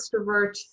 extrovert